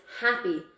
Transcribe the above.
happy